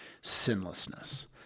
sinlessness